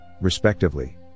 respectively